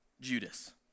Judas